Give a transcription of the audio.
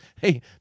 hey